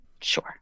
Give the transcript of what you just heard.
Sure